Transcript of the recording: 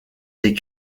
des